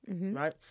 right